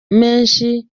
menshi